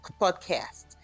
podcast